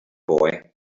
boy